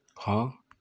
ਹਾਂ